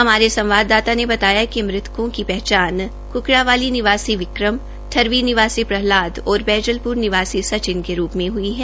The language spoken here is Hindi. हमारे संवाददादता ने बताया है कि मुकों की पहचान क्कडावाली निवासी विक्रम ठहरवी निवासी प्रहलाद और बैजलप्र निवासी सचिन के रूप में ह्ई है